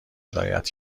هدایت